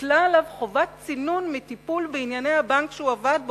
הוטלה עליו חובת צינון מטיפול בענייני הבנק שעבד בו,